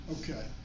Okay